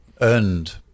earned